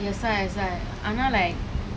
that's why that's why ஆனால்:aanal like